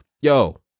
yo